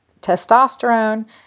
testosterone